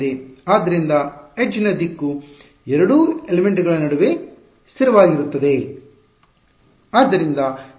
ಆದ್ದರಿಂದ ಎಡ್ಜ ನ ದಿಕ್ಕು ಎರಡೂ ಎಲಿಮೆಂಟ್ ಗಳ ನಡುವೆ ಸ್ಥಿರವಾಗಿರುತ್ತದೆ